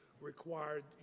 required